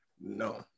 No